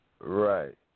Right